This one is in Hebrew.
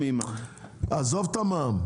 עזוב את המע"מ.